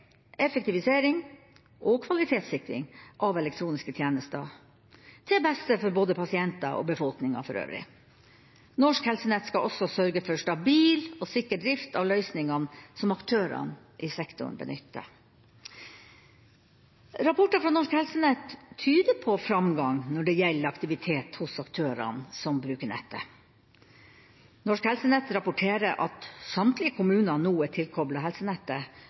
effektivisering og kvalitetssikring av elektroniske tjenester, til beste for både pasienter og befolkningen for øvrig. Norsk Helsenett skal også sørge for stabil og sikker drift av løsningene som aktørene i sektoren benytter. Rapporter fra Norsk Helsenett tyder på framgang når det gjelder aktivitet hos aktørene som bruker nettet. Norsk Helsenett rapporterer at samtlige kommuner nå er tilkoblet helsenettet,